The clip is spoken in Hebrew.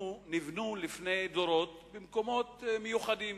נבנו לפני דורות במקומות מיוחדים.